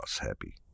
happy